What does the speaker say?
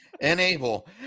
Enable